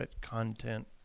content